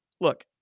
Look